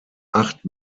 acht